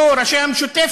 נפגשנו אתו, ראשי המשותפת.